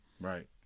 Right